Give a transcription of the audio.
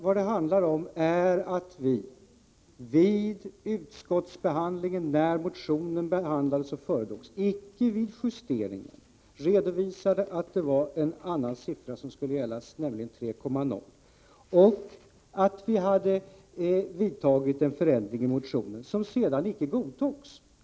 Vad det handlar om är att vi när motionen föredrogs och behandlades — icke vid justeringen — redovisade att det var en annan siffra som skulle gälla, nämligen 3,0, och att vi hade vidtagit en förändring i motionen, som sedan inte godtogs.